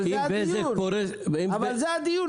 אבל זה הדיון.